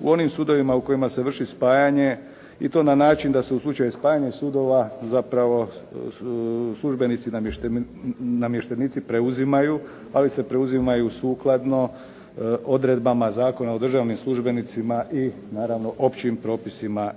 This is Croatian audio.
u onim sudovima u kojima se vrši spajanje i to na način da se u slučaju spajanja sudova zapravo službenici i namještenici preuzimaju, ali se preuzimaju sukladno odredbama Zakona o državnim službenicima i, naravno općim propisima